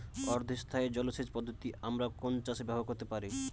অর্ধ স্থায়ী জলসেচ পদ্ধতি আমরা কোন চাষে ব্যবহার করতে পারি?